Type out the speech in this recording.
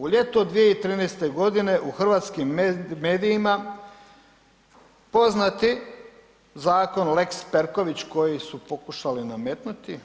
U ljeto 2013. godine u hrvatskim medijima, poznati zakon o lex Perković koji su pokušali nametnuti